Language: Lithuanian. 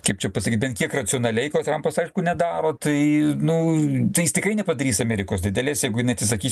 kaip čia pasakyt bent kiek racionaliai ko trampas aišku nedaro tai nu tai jis tikrai nepadarys amerikos didelės jeigu jinai atsisakys